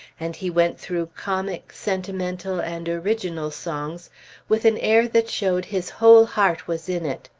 and he went through comic, sentimental, and original songs with an air that showed his whole heart was in it.